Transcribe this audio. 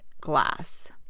Glass